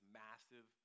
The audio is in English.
massive